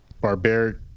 barbaric